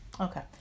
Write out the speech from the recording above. Okay